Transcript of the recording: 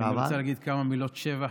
אני רוצה להגיד כמה מילות שבח,